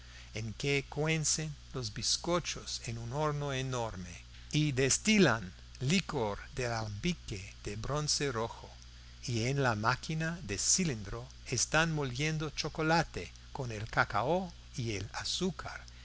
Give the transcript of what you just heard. en que cuecen los bizcochos en un horno enorme y destilan licor del alambique de bronce rojo y en la máquina de cilindro están moliendo chocolate con el cacao y el azúcar